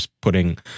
putting